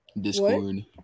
Discord